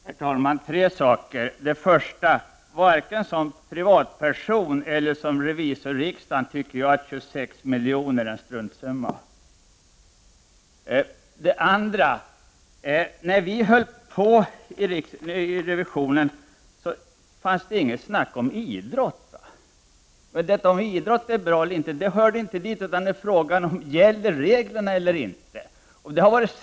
Herr talman! Jag vill ta upp tre saker. För det första: Varken som privatperson eller som revisor i riksdagen tycker jag att 26 miljoner är en struntsumma. För det andra: När vi arbetade med revisionen var det inget tal om idrott. Frågan, om idrott är bra eller inte, hörde inte dit utan frågan var om reglerna skall gälla eller inte.